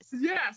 Yes